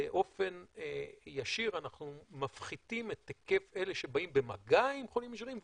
באופן ישיר אנחנו מפחיתים את היקף אלה שבאים במגע עם חולים ישירים,